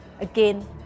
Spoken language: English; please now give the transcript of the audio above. again